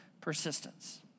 persistence